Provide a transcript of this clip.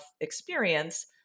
experience